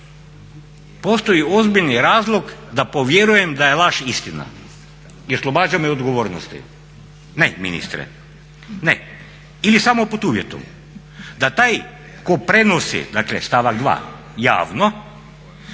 Postoji ozbiljni razlog da povjerujem da je laž istina i oslobađa me odgovornosti. Ne, ministre. Ne ili samo pod uvjetom da taj tko prenosi, dakle stavak 2. javnoj,